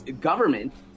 government